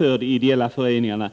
för de ideella föreningarna